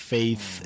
Faith